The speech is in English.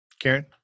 Karen